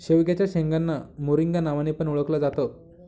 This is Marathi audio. शेवग्याच्या शेंगांना मोरिंगा नावाने पण ओळखल जात